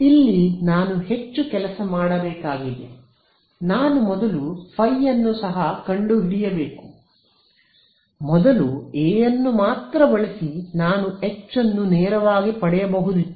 ಇಲ್ಲಿ ನಾನು ಹೆಚ್ಚು ಕೆಲಸ ಮಾಡಬೇಕಾಗಿದೆ ನಾನು ಮೊದಲು ಫೈ ಅನ್ನು ಸಹ ಕಂಡುಹಿಡಿಯಬೇಕು ಮೊದಲು ಎ ಅನ್ನು ಮಾತ್ರ ಬಳಸಿ ನಾನು ಹೆಚ್ ಅನ್ನು ನೇರವಾಗಿ ಪಡೆಯಬಹುದಿತ್ತು